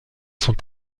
sont